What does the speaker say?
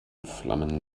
flammen